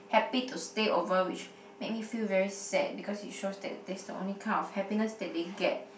happy to stay over which make me feel very sad because it shows that that's the only kind of happiness that they get